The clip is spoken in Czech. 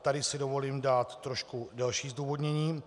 Tady si dovolím dát trošku delší zdůvodnění.